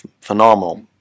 phenomenal